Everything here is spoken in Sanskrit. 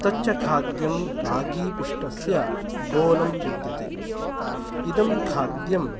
तत् च खाद्यं रागीपिष्टस्य गोलं विद्यते इदं खाद्यं